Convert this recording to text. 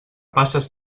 passes